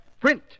Print